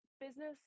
business